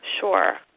Sure